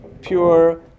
pure